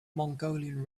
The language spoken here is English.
mongolian